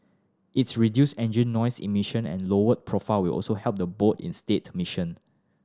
its reduced engine noise emission and lowered profile will also help the boat in mission